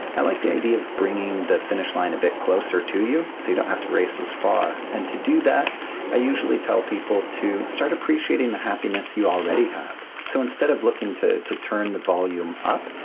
i like the idea of bringing the finish line a bit closer to you so you don't have to race as far. and to do that i usually tell people to start appreciating the happiness you already have. so instead of looking to to turn the volume up,